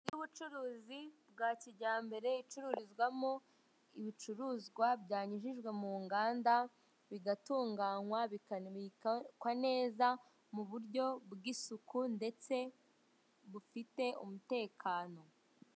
Inzu y'ubucuruzi bwa kijyambere icururizwamo ibicuruzwa byanyujijwe mu nganda bigatunganywa bikanabikwa neza mu buryo bw'isuku ndetse bufite umutekano.